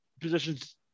positions